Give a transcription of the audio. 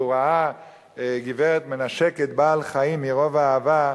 וראה גברת מנשקת בעל-חיים מרוב אהבה,